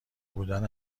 بودن